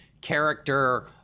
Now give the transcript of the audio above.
character